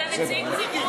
אתה נציג ציבור,